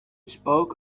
spoke